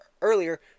earlier